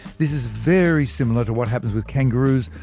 this is very similar to what happens with kangaroos,